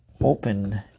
open